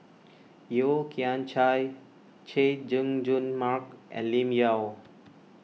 Yeo Kian Chai Chay Jung Jun Mark and Lim Yau